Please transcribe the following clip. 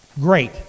Great